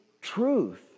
truth